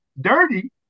dirty